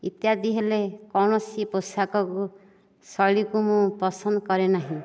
ଇତ୍ୟାଦି ହେଲେ କୌଣସି ପୋଷାକକୁ ଶୈଳୀକୁ ମୁଁ ପସନ୍ଦ କରେ ନାହିଁ